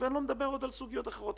ואני לא מדבר עוד על סוגיות אחרות.